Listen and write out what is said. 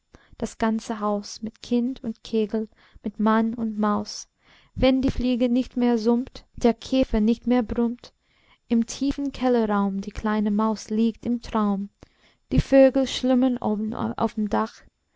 das ganze haus mit kind und kegel mit mann und maus wenn die fliege nicht mehr summt der käfer nicht mehr brummt im tiefen kellerraum die kleine maus liegt im traum die vögel schlummern oben auf dem dach